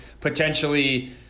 potentially